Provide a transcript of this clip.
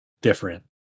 different